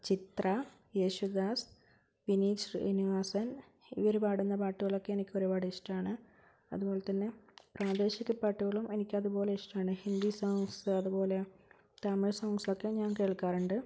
ചിത്ര യേശുദാസ് വിനീത് ശ്രീനിവാസൻ ഇവര് പാടുന്ന പാട്ടുകളൊക്കെ എനിക്ക് ഒരുപാട് ഇഷ്ടമാണ് അതുപോലെതന്നെ പ്രാദേശികപ്പാട്ടുകളും എനിക്ക് അതുപോലെ ഇഷ്ടമാണ് ഹിന്ദി സോങ്ങ്സ് അതുപോലെ തമിഴ് സോങ്ങ്സ് ഒക്കെ ഞാൻ കേൾക്കാറുണ്ട്